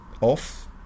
off